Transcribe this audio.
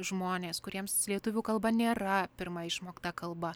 žmonės kuriems lietuvių kalba nėra pirma išmokta kalba